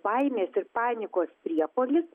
baimės ir panikos priepuolis